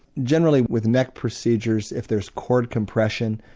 generally with neck procedures if there's cord compression,